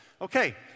Okay